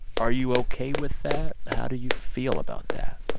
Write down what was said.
are you ok with that? how do you feel about that?